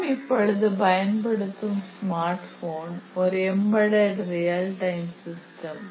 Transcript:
நாம் இப்பொழுது பயன்படுத்தும் ஸ்மார்ட் போன் ஒரு எம்பெட் ரியல் டைம் சிஸ்டம்